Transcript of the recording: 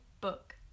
Book